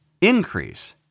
increase